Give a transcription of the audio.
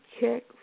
check